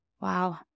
Wow